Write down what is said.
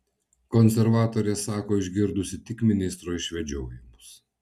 konservatorė sako išgirdusi tik ministro išvedžiojimus